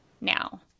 now